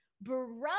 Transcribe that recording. bro